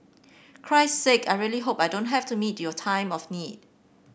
Christ sake I really hope I don't have to meet your time of need